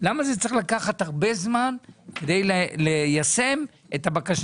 למה זה צריך לקחת הרבה זמן כדי ליישם את הבקשה